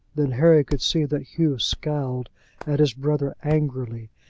then harry could see that hugh scowled at his brother angrily,